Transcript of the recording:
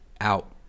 out